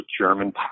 German